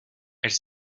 elle